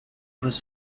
was